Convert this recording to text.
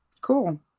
Cool